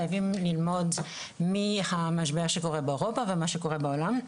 חייבים ללמוד מהמשבר שקורה באירופה ומה שקורה בעולם,